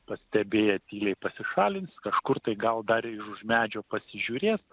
pastebėję tyliai pasišalins kažkur tai gal dar ir už medžio pasižiūrės